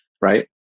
right